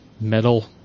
metal